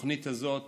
התוכנית הזאת